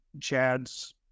Chad's